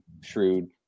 shrewd